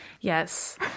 Yes